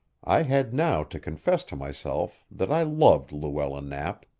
i had now to confess to myself that i loved luella knapp.